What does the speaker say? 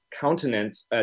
countenance